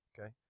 Okay